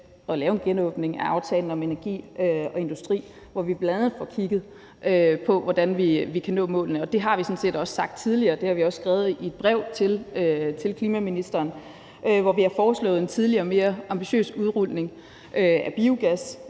at lave en genåbning af aftalen om energi og industri, hvor vi bl.a. får kigget på, hvordan vi kan nå målene. Det har vi sådan set også sagt tidligere. Det har vi også skrevet i et brev til klimaministeren, hvor vi har foreslået en tidligere og mere ambitiøs udrulning af biogas